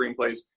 screenplays